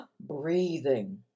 breathing